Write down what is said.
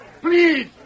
Please